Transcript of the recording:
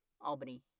Albany